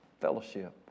Fellowship